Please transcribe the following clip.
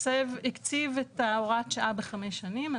הקציב את הוראת שעה בחמש שנים.